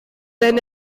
wenn